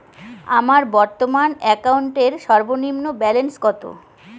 আমার বর্তমান অ্যাকাউন্টের সর্বনিম্ন ব্যালেন্স কত?